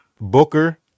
Booker